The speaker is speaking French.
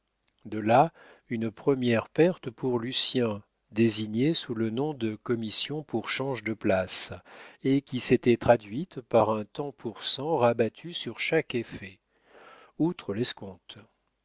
de là une première perte pour lucien désignée sous le nom de commission pour change de place et qui s'était traduite par un tant pour cent rabattu sur chaque effet outre l'escompte